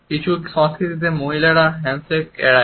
কিছু সংস্কৃতিতে মহিলারা হ্যান্ডশেক এড়ায়